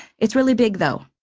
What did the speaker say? it's really big, though.